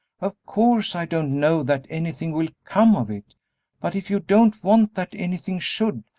of course, i don't know that anything will come of it but if you don't want that anything should,